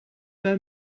pas